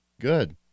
Good